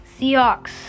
Seahawks